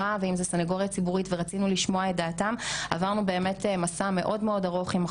שמענו כאן את הנפגעת שאמרה אלימות טכנולוגית מה זה בכלל.